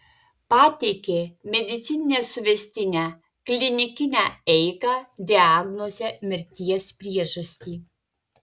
pateikė medicininę suvestinę klinikinę eigą diagnozę mirties priežastį